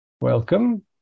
welcome